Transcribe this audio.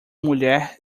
mulher